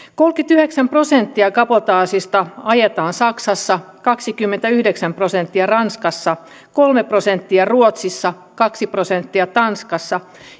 kolmekymmentäyhdeksän prosenttia kabotaasista ajetaan saksassa kaksikymmentäyhdeksän prosenttia ranskassa kolme prosenttia ruotsissa kaksi prosenttia tanskassa